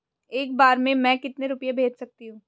एक बार में मैं कितने रुपये भेज सकती हूँ?